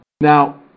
now